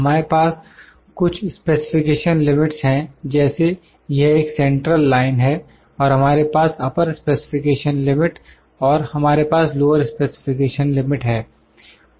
हमारे पास कुछ स्पेसिफिकेशन लिमिट्स हैं जैसे यह एक सेंट्रल लाइन है और हमारे पास अपर स्पेसिफिकेशन लिमिट और हमारे पास लोअर स्पेसिफिकेशन लिमिट है